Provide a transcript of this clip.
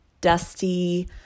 dusty